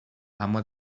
اما